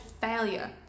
failure